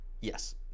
yes